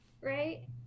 right